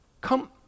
come